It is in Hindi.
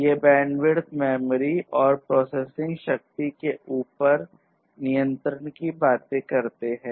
ये बैंडविड्थ मेमोरी और प्रोसेसिंग शक्ति के ऊपर नियंत्रण की बाते करते है